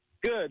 good